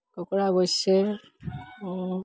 কুকুৰা অৱশ্যে